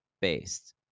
based